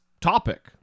topic